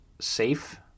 safe